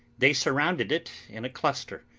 they surrounded it in a cluster,